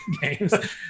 games